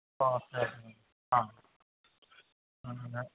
okay okay ആ അങ്ങനെ